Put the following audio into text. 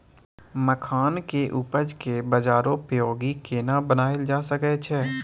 मखान के उपज के बाजारोपयोगी केना बनायल जा सकै छै?